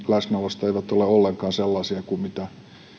läsnäolosta eivät ole ollenkaan sellaisia kuin mitä